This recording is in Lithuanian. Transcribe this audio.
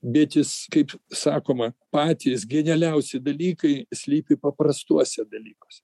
bet jis kaip sakoma patys genialiausi dalykai slypi paprastuose dalykuose